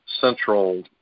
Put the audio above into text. central